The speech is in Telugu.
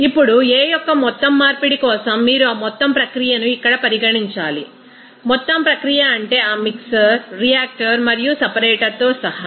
ఇప్పుడు A యొక్క మొత్తం మార్పిడి కోసం మీరు ఆ మొత్తం ప్రక్రియను ఇక్కడ పరిగణించాలి మొత్తం ప్రక్రియ అంటే ఆ మిక్సర్ రియాక్టర్ మరియు సెపరేటర్తో సహా